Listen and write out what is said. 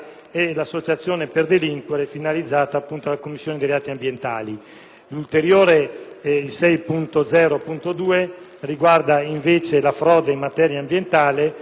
Grazie